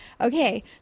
okay